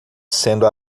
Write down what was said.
sendo